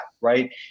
right